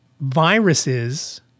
viruses